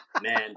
man